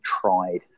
tried